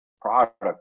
product